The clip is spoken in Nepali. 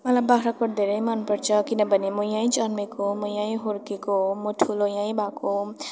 मलाई बाख्राकोट धेरै मनपर्छ किनभने म यहीँ जन्मेको म यहीँ हुर्केको हो म ठुलो यहीँ भएको हुँ